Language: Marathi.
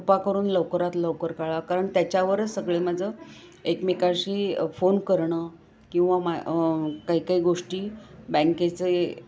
कृपा करून लवकरात लवकर करा कारण त्याच्यावरच सगळे माझं एकमेकाशी फोन करणं किंवा मा काही काही गोष्टी बँकेचे